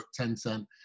Tencent